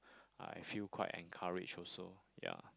I feel quite encouraged also ya